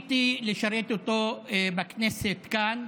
זכיתי לשרת איתו בכנסת כאן,